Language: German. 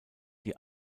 die